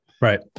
Right